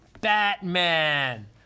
Batman